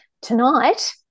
Tonight